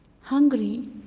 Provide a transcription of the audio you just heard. hungry